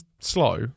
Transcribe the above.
slow